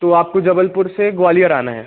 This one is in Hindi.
तो आपको जबलपुर से ग्वालियर आना है